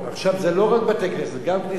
זה לא רק בתי-כנסת, זה גם כנסיות,